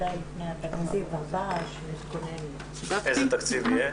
כדאי מהתקציב הבא --- איזה תקציב יהיה.